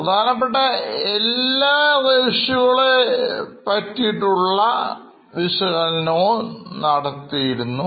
പ്രധാനപ്പെട്ട എല്ലാ Ratios കളെപറ്റിയുള്ളചർച്ച നടത്തിക്കഴിഞ്ഞു